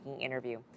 interview